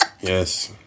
Yes